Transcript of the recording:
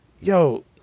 yo